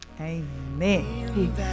Amen